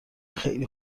خیلی